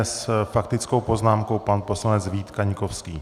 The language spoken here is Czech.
S faktickou poznámkou pan poslanec Vít Kaňkovský.